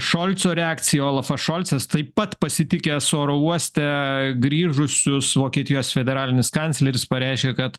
šolco reakcija olafas šolcas taip pat pasitikęs oro uoste grįžusius vokietijos federalinis kancleris pareiškė kad